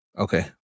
Okay